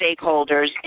stakeholders